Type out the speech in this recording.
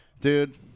dude